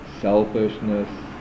selfishness